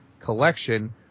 collection